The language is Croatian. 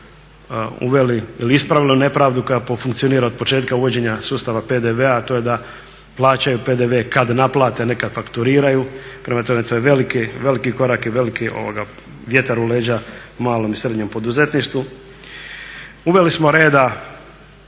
uveli ili ispravili nepravdu koja funkcionira otpočetka uvođenja sustava PDV-a a to je da plaćaju PDV kada naplate a ne kada fakturiraju. Prema tome to je veliki korak i veliki vjetar u leđa malom i srednjem poduzetništvu. Uveli smo reda